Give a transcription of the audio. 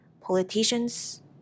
Politicians